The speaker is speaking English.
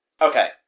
Okay